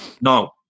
No